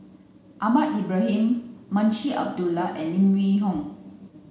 Ahmad Ibrahim Munshi Abdullah and Lim Yew Hock